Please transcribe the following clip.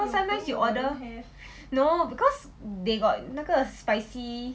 cause sometimes you order have no because they got 那个 spicy